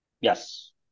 Yes